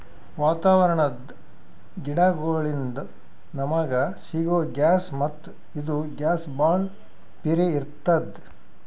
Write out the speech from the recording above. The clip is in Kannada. ವಾತಾವರಣದ್ ಗಿಡಗೋಳಿನ್ದ ನಮಗ ಸಿಗೊ ಗ್ಯಾಸ್ ಮತ್ತ್ ಇದು ಗ್ಯಾಸ್ ಭಾಳ್ ಪಿರೇ ಇರ್ತ್ತದ